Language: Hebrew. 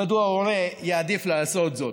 מדוע הורה יעדיף לעשות זאת?